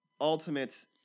Ultimates